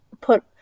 put